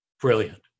Brilliant